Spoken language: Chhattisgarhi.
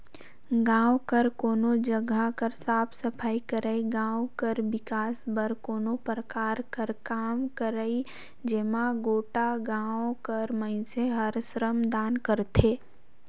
गाँव कर कोनो जगहा कर साफ सफई करई, गाँव कर बिकास बर कोनो परकार कर काम करई जेम्हां गोटा गाँव कर मइनसे हर श्रमदान करथे